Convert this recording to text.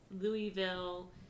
Louisville